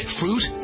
fruit